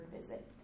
visit